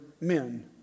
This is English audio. men